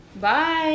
bye